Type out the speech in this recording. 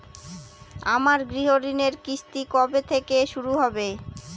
আমার গৃহঋণের কিস্তি কবে থেকে শুরু হবে?